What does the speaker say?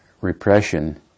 repression